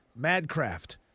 Madcraft